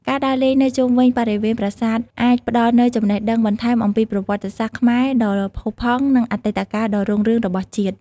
ការដើរលេងនៅជុំវិញបរិវេណប្រាសាទអាចផ្តល់នូវចំណេះដឹងបន្ថែមអំពីប្រវត្តិសាស្ត្រខ្មែរដ៏ផូរផង់និងអតីតកាលដ៏រុងរឿងរបស់ជាតិ។